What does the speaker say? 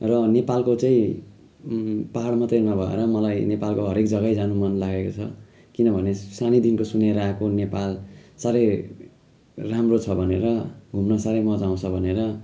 र नेपालको चाहिँ पहाड मात्रै नभएर मलाई नेपालको हरएक जगै जानु मन लागेको छ किनभने सानैदेखि सुनेर आएको नेपाल साह्रै राम्रो छ भनेर घुम्न साह्रै मजा आउँछ भनेर